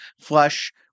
flush